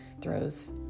throws